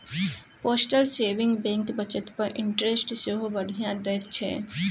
postal saving bank बचत पर interest सेहो बढ़ियाँ दैत छै